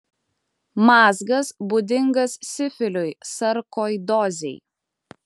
mazgas būdingas sifiliui sarkoidozei